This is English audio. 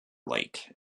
lake